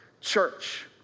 church